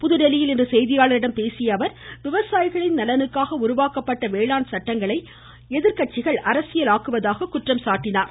புதுதில்லியில் இன்று செய்தியாளர்களிடம் பேசிய அவர் விவசாயிகளின் நலனிற்காக உருவாக்கப்பட்டுள்ள வேளாண் சட்டங்களை எதிர்கட்சிகள் அரசியலாக்குவதாக குற்றம் சாட்டினார்